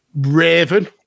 Raven